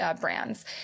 brands